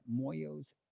Moyos